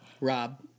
Rob